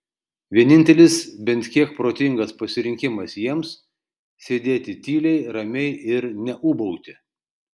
vienintelis bent kiek protingas pasirinkimas jiems sėdėti tyliai ramiai ir neūbauti